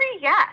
yes